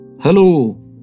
Hello